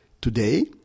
today